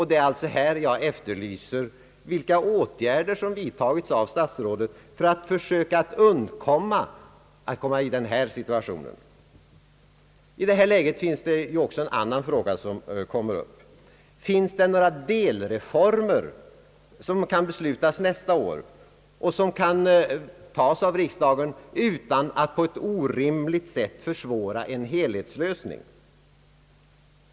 Det är alltså här jag efterlyser vilka åtgärder som vidtagits av statsrådet för att söka undgå att råka i den här situationen. I detta läge kommer också en annan fråga upp. Finns det några delreformer som kan beslutas nästa år och som kan tas av riksdagen utan att på ett orimligt sätt försvåra en helhetslösning?